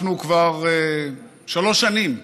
אנחנו כבר שלוש שנים,